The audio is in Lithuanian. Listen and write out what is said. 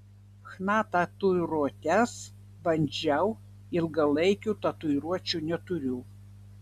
chna tatuiruotes bandžiau ilgalaikių tatuiruočių neturiu